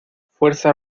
fuerza